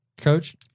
Coach